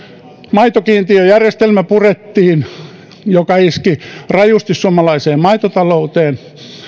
maitokiintiöjärjestelmä purettiin mikä iski rajusti suomalaiseen maitotalouteen